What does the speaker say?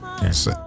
yes